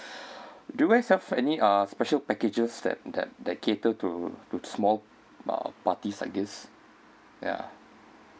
do you guys have any uh special packages that that that cater to small uh parties like this ya